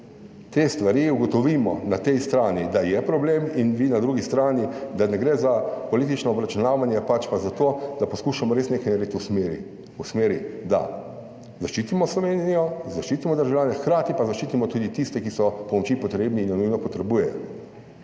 te stvari, ugotovimo na tej strani, da je problem in vi na drugi strani, da ne gre za politično obračunavanje, pač pa za to, da poskušamo res nekaj narediti v smeri, v smeri, da zaščitimo Slovenijo, zaščitimo državljane, hkrati pa zaščitimo tudi tiste, ki so pomoči potrebni in jo nujno potrebujejo